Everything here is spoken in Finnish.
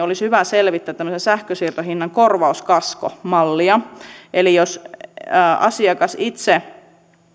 olisi hyvä selvittää tämmöistä sähkönsiirtohinnan korvauskaskomallia eli jos asiakas itse